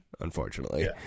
unfortunately